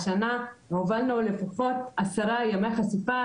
השנה הובלנו לפחות עשר ימי חשיפה,